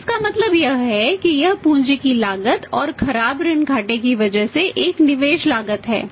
तो इसका मतलब यह है कि यह पूंजी की लागत और खराब ऋण घाटे की वजह से एक निवेश लागत है